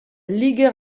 liger